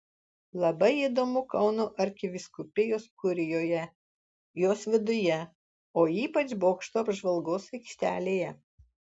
labai įdomu kauno arkivyskupijos kurijoje jos viduje o ypač bokšto apžvalgos aikštelėje